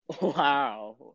Wow